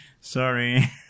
Sorry